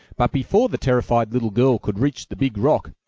but before the terrified little girl could reach the big rock,